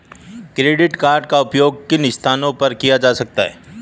Credit card का उपयोग किन स्थानों पर किया जा सकता है?